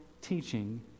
teaching